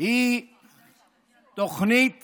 היא תוכנית